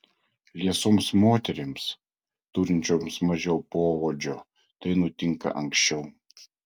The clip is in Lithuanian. liesoms moterims turinčioms mažiau poodžio tai nutinka anksčiau